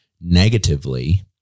negatively